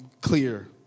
clear